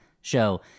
show—